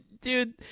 dude